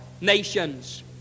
nations